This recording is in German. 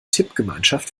tippgemeinschaft